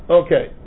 okay